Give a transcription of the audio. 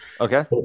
Okay